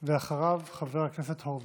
אחריו, חבר הכנסת הורוביץ.